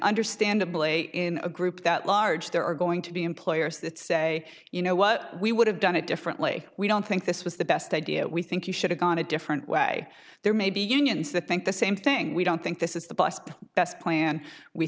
understandably in a group that large there are going to be employers that say you know what we would have done it differently we don't think this was the best idea we think you should have gone a different way there may be unions the think the same thing we don't think this is the bust yes plan we